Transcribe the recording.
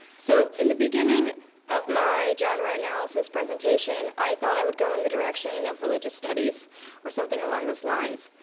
so in the beginning of my genre analysis presentation i thought i would go in the direction of really just studies or something along those lines,